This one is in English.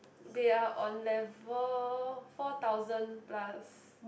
they are on level four thousand plus